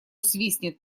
свистнет